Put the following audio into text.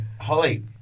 Holly